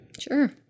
Sure